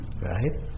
right